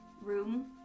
room